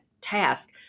task